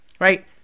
right